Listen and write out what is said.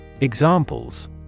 Examples